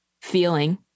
feeling